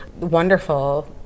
wonderful